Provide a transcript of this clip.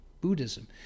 Buddhism